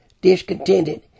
discontented